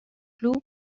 club